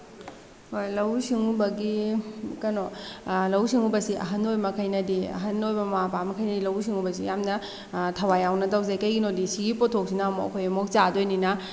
ꯍꯣꯏ ꯂꯧꯎ ꯁꯤꯡꯎꯕꯒꯤ ꯀꯩꯅꯣ ꯂꯧꯎ ꯁꯤꯡꯎꯕꯁꯤ ꯑꯍꯜ ꯑꯣꯏꯕ ꯃꯈꯩꯅꯗꯤ ꯑꯍꯜ ꯑꯣꯏꯕ ꯃꯃꯥ ꯃꯄꯥ ꯃꯈꯩꯅꯗꯤ ꯂꯧꯎ ꯁꯤꯡꯎꯕꯁꯤ ꯌꯥꯝꯅ ꯊꯋꯥꯏ ꯌꯥꯎꯅ ꯇꯧꯖꯩ ꯀꯔꯤꯒꯤꯅꯣꯗꯤ ꯁꯤꯒꯤ ꯄꯣꯠꯊꯣꯛꯁꯤꯅ ꯑꯃꯨꯛ ꯑꯩꯈꯣꯏ ꯑꯃꯨꯛ ꯆꯥꯗꯣꯏꯅꯤꯅ